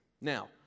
Now